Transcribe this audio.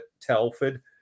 Telford